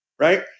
Right